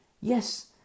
yes